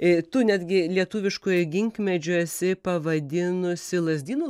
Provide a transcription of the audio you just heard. ir tu netgi lietuviškuoju ginkmedžiu esi pavadinusi lazdynų